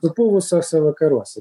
supuvusiuose vakaruose